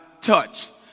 touched